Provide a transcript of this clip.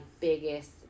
biggest